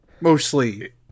Mostly